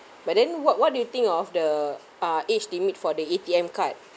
but then what what do you think of the uh age limit for the A_T_M card